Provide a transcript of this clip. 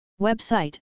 Website